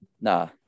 Nah